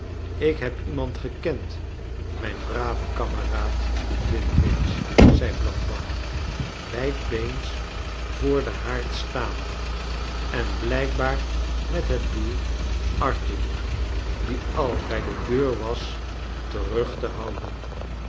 ik heb iemand gekend mijn brave kameraad flintwinch zei blandois wijdbeens voor den haard staande en blijkbaar met het doel arthur die al bij de deur was texug te houden